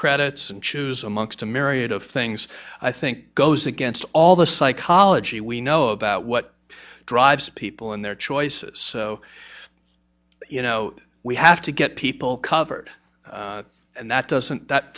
credits and choose amongst a myriad of things i think goes against all the psychology we know about what drives people and their choices so you know we have to get people covered and that doesn't that